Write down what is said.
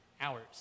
hours